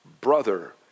brother